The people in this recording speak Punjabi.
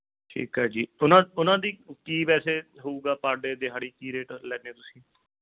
ਠੀਕ ਆ ਜੀ ਉਹਨਾਂ ਉਹਨਾਂ ਦੀ ਕੀ ਵੈਸੇ ਹੋਵੇਗਾ ਪਾ ਡੇ ਦਿਹਾੜੀ ਕੀ ਰੇਟ ਲੈਦੇ ਤੁਸੀਂ